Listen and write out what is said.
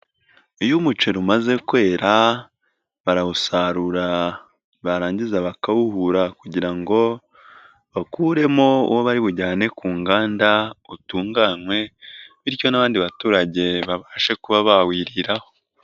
Iyo umuceri umaze kwera barawusarura barangiza bakawuhura kugira ngo bakuremo uwo bari bujyane ku nganda utunganywe bityo n'abandi baturage babashe kuba bawiriraho.